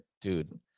dude